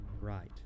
Right